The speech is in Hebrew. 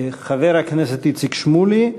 חבר הכנסת איציק שמולי,